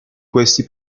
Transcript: questi